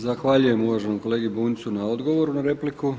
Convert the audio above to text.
Zahvaljujem uvaženom kolegi Bunjcu na odgovoru na repliku.